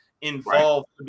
involved